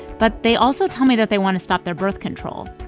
but they also tell me that they want to stop their birth control.